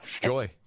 Joy